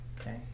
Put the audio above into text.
Okay